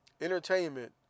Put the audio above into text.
entertainment